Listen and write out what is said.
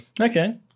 Okay